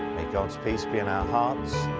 may god's peace be in our hearts,